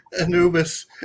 Anubis